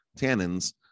tannins